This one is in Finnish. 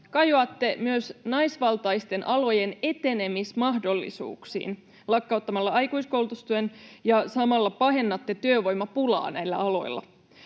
Kajoatte myös naisvaltaisten alojen etenemismahdollisuuksiin lakkauttamalla aikuiskoulutustuen, ja samalla pahennatte työvoimapulaa näillä aloilla.